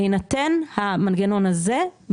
בהינתן המנגנון הזה,